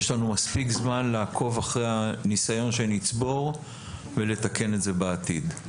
יש לנו מספיק זמן לעקוב אחרי הניסיון שנצבור ולתקן את זה בעתיד.